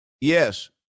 Yes